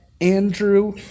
Andrew